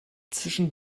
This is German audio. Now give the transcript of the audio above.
zwischen